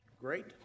great